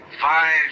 Five